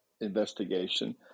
investigation